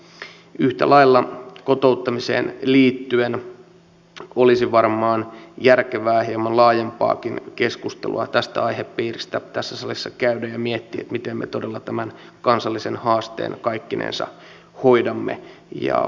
yhtä lailla kotouttamiseen liittyen olisi varmaan järkevää hieman laajempaakin keskustelua tästä aihepiiristä tässä salissa käydä ja miettiä miten me todella tämän kansallisen haasteen kaikkinensa hoidamme